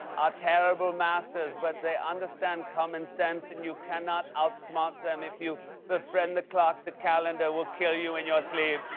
are terrible masters, but they understand common sense, and you cannot outsmart them. if you befriend the clock, the calendar will kill you in your sleep